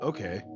Okay